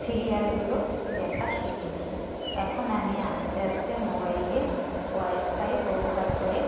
সিরিয়ালগুলো দেখা শিখেছি এখন আমি আস্তে আস্তে মোবাইলে ওয়াইফাই ব্যবহার করে